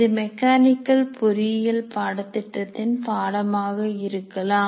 இது மெக்கானிக்கல் பொறியியல் பாடத்திட்டத்தின் பாடமாக இருக்கலாம்